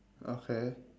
okay